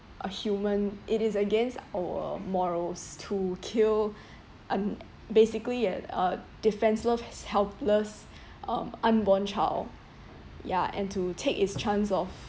a human it is against our morals to kill and basically at a defenseless helpless um unborn child ya and to take its chance of